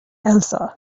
elsa